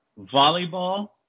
volleyball